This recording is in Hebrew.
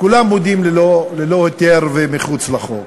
כולם מודים, ללא היתר ומחוץ לחוק.